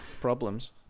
problems